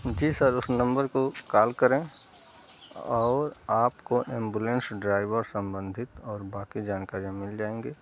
जी sir उस नम्बर को कॉल करें और आप को ऐम्बुलेन्स ड्राइवर सम्बंधित और बाकी जानकारी मिल जाएगी